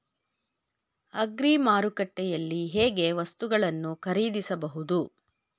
Agri ಮಾರುಕಟ್ಟೆಯಲ್ಲಿ ಹೇಗೆ ವಸ್ತುಗಳನ್ನು ಖರೀದಿಸಬಹುದು?